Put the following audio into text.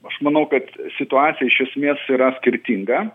aš manau kad situacija iš esmės yra skirtinga